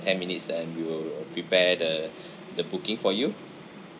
ten minutes and we will prepare the the booking for you